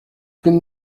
been